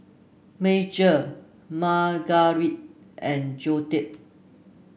Major Margarite and Joetta